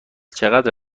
چقدر